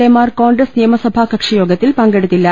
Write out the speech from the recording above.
A മാർ കോൺഗ്രസ് നിയ മസഭാകക്ഷിയോഗത്തിൽ പങ്കെടുത്തില്ല